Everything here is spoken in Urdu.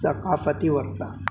ثقافتی ورثہ